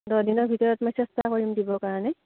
দহদিনৰ ভিতৰত মই চেষ্টা কৰিম দিবৰ কাৰণে